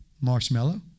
Marshmallow